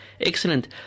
Excellent